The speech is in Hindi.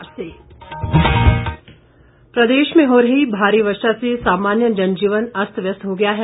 मौसम प्रदेश में हो रही भारी वर्षा से सामान्य जनजीवन अस्त व्यस्त हो गया है